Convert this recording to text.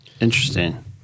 Interesting